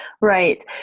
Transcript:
Right